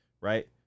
Right